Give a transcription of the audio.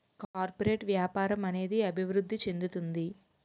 corporate వ్యాపారం అనేది అభివృద్ధి చెందుతుంది